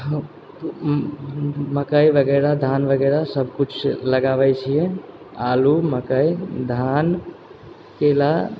मकइ वगैरह धान वगैरह सब किछु लगाबै छियै आलू मकइ धान केला